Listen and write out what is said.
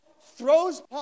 throws